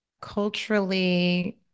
culturally